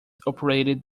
operated